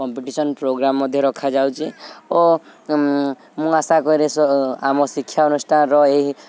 competition programme ମଧ୍ୟ ରଖାଯାଉଛି ଓ ମୁଁ ଆଶା କରେ ଆମ ଶିକ୍ଷା ଅନୁଷ୍ଠାନର ଏହି